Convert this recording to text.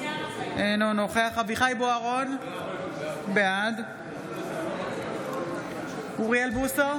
אינו נוכח אביחי אברהם בוארון, בעד אוריאל בוסו,